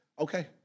okay